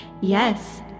Yes